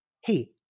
hey